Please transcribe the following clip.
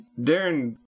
Darren